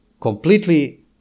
completely